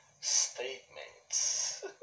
statements